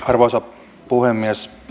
arvoisa puhemies